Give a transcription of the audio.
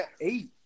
eight